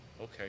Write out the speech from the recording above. Okay